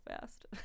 fast